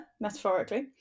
metaphorically